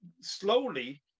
slowly